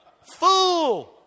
fool